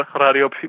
Radio